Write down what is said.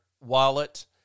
wallet